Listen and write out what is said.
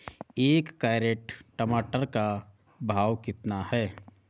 एक कैरेट टमाटर का भाव कितना है?